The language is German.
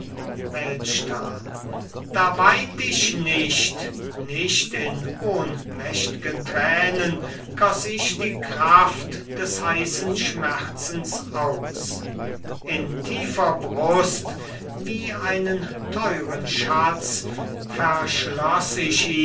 da weint ich nicht nicht in ohnmächt'gen tränen goss ich die kraft des heissen schmerzens aus in tiefer brust wie einen teuern schatz verschloss ich